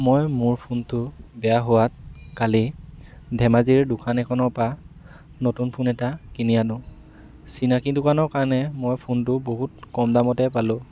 মই মোৰ ফোনটো বেয়া হোৱাত কালি ধেমাজিৰ দোকান এখনৰপৰা নতুন ফোন এটা কিনি আনো চিনাকি দোকানৰ কাৰণে মই ফোনটো বহুত কম দামতে পালোঁ